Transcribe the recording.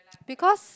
because